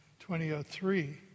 2003